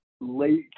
late